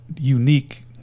unique